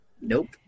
Nope